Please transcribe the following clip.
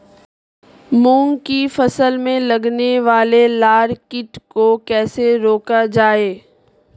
मूंग की फसल में लगने वाले लार कीट को कैसे रोका जाए?